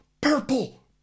Purple